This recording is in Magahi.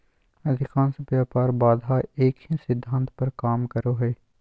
अधिकांश व्यापार बाधा एक ही सिद्धांत पर काम करो हइ